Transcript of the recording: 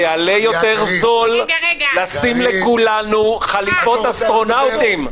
זה יעלה יותר זול לשים לכולנו חליפות אסטרונאוטים.